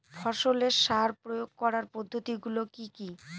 ফসলের সার প্রয়োগ করার পদ্ধতি গুলো কি কি?